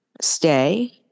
stay